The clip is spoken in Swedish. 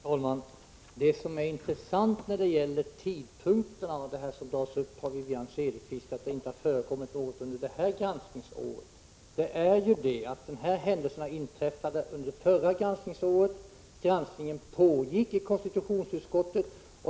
Herr talman! Det som är intressant när det gäller tidpunkten — Wivi-Anne Cederqvist säger ju att det inte har förekommit något under det här granskningsåret — är att händelserna inträffade under förra granskningsåret medan granskningen pågick i konstitutionsutskottet.